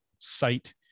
site